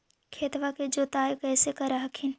खेतबा के जोतय्बा कैसे कर हखिन?